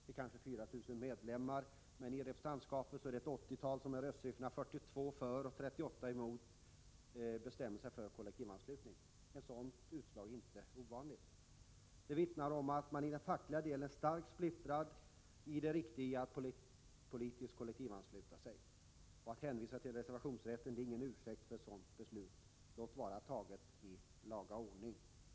Det kanske är 4 000 medlemmar, men i representantskapet kan det vara ett 80-tal, som med t.ex. röstsiffrorna 42 för och 38 emot bestämmer sig för kollektivanslutning. Ett sådan utslag är inte ovanligt. Det vittnar om att man inom den fackliga rörelsen är starkt splittrad när det gäller det riktiga i att politiskt kollektivansluta sig. Att hänvisa till reservationsrätten är ingen ursäkt för ett sådant beslut — låt vara fattat i laga ordning.